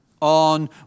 on